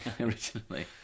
originally